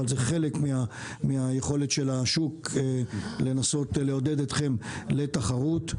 אבל זה חלק מהיכולת של השוק לנסות לעודד אתכם לתחרות.